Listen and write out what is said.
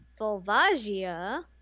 Volvagia